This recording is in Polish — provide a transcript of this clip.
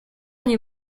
nie